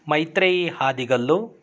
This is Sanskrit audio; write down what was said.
मैत्रेयीहादिगल्लु